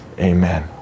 amen